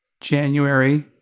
January